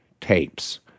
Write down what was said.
tapes